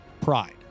pride